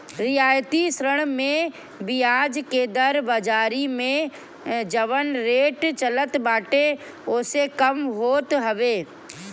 रियायती ऋण में बियाज के दर बाजारी में जवन रेट चलत बाटे ओसे कम होत हवे